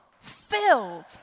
filled